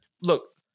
look